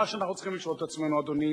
רלוונטי,